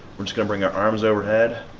we're just gonna bring our arms overhead.